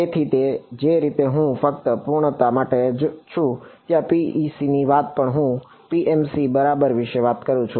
તેથી તે જ રીતે હું ફક્ત પૂર્ણતા માટે જ છું જ્યાં પીઈસીની વાત પણ હું PMC બરાબર વિશે વાત કરું છું